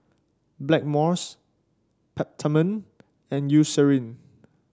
Blackmores Peptamen and Eucerin